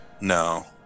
No